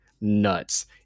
nuts